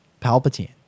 Palpatine